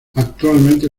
actualmente